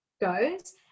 goes